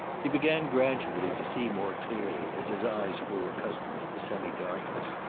he began gradually to see more clearly as his eyes grew accustomed to the semi-darkness,